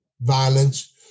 violence